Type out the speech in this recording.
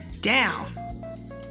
down